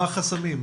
מה החסמים?